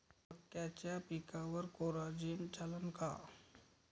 मक्याच्या पिकावर कोराजेन चालन का?